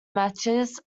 matches